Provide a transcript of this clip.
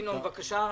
ינון אזולאי, בבקשה.